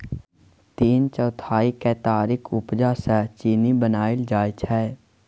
तीन चौथाई केतारीक उपजा सँ चीन्नी बनाएल जाइ छै